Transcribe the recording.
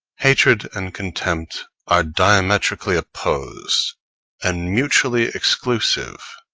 hatred and contempt are diametrically opposed and mutually exclusive.